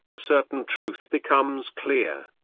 a certain truth becomes clear.